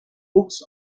books